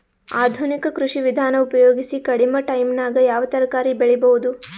ಆಧುನಿಕ ಕೃಷಿ ವಿಧಾನ ಉಪಯೋಗಿಸಿ ಕಡಿಮ ಟೈಮನಾಗ ಯಾವ ತರಕಾರಿ ಬೆಳಿಬಹುದು?